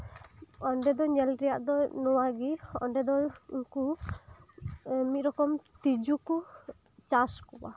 ᱚᱸᱰᱮ ᱫᱚ ᱧᱮᱞ ᱛᱮᱭᱟᱜ ᱫᱚ ᱱᱚᱣᱟ ᱜᱮ ᱚᱸᱰᱮ ᱫᱚ ᱩᱱᱠᱩ ᱢᱤᱫ ᱨᱚᱠᱚᱢ ᱛᱤᱡᱩ ᱠᱚ ᱪᱟᱥ ᱠᱚᱶᱟ